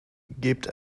gebt